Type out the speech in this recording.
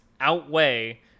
outweigh